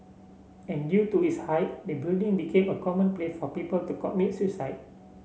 and due to its height the building became a common place for people to commit suicide